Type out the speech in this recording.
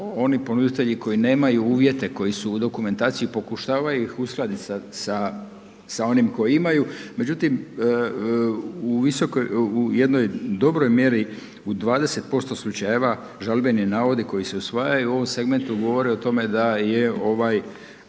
oni ponuditelji koji nemaju uvjete koji su u dokumentaciji, pokušavaju ih uskladiti sa onim koji imaju, međutim u jednoj dobroj mjeri, u 20% slučajeva žalbeni navodi koji se usvajaju u ovom segmentu, govore o tome da je ovaj